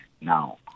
now